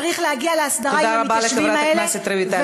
צריך להגיע להסדרה עם המתיישבים האלה,